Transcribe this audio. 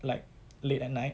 like late at night